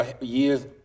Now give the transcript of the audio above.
years